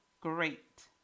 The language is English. great